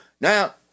Now